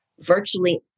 Virtually